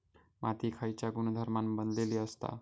माती खयच्या गुणधर्मान बनलेली असता?